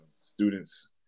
students